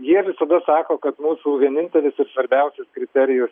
jie visada sako kad mūsų vienintelis ir svarbiausias kriterijus